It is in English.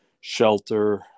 shelter